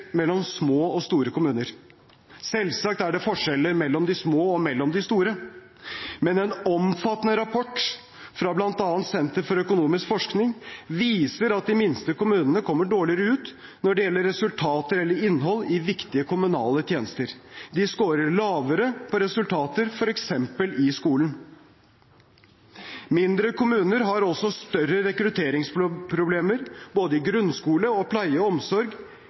mellom små og store kommuner. Selvsagt er det forskjeller mellom de små og de store, men en omfattende rapport fra bl.a. Senter for økonomisk forskning viser at de minste kommunene kommer dårligere ut når det gjelder resultater eller innhold i viktige kommunale tjenester. De scorer lavere på resultater, f.eks. i skolen. Mindre kommuner har også større rekrutteringsproblemer både i grunnskolen og innenfor pleie og omsorg.